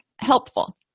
helpful